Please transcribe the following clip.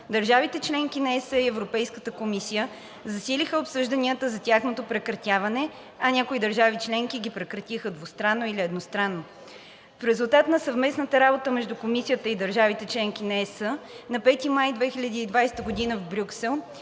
държавите – членки на ЕС, и Европейската комисия засилиха обсъжданията за тяхното прекратяване, а някои държави членки ги прекратиха двустранно или едностранно. В резултат на съвместната работа между Комисията и държавите – членки на ЕС, на 5 май 2020 г. в Брюксел